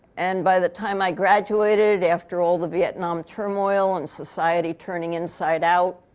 and by the time i graduated, after all the vietnam turmoil and society turning inside out,